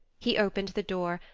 he opened the door,